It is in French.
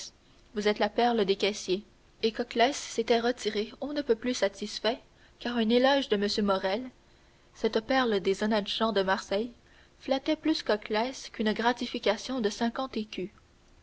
vous êtes la perle des caissiers et coclès s'était retiré on ne peut plus satisfait car un éloge de m morrel cette perle des honnêtes gens de marseille flattait plus coclès qu'une gratification de cinquante écus